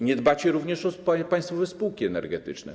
Nie dbacie również o państwowe spółki energetyczne.